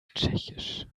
tschechisch